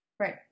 Right